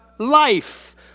life